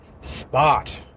spot